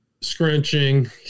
scrunching